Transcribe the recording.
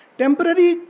temporary